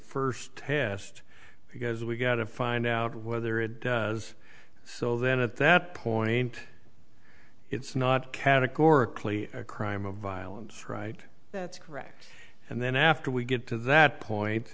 first test because we've got to find out whether it was so then at that point it's not categorically a crime of violence right that's correct and then after we get to that point